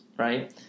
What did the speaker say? Right